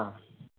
ஆ